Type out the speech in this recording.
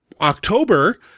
October